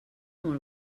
molt